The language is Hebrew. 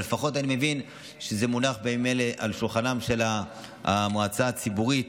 אבל לפחות אני מבין שזה מונח בימים אלה על שולחנה של המועצה הציבורית,